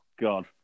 god